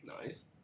Nice